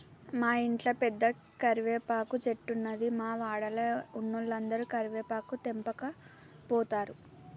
మా ఇంట్ల పెద్ద కరివేపాకు చెట్టున్నది, మా వాడల ఉన్నోలందరు కరివేపాకు తెంపకపోతారు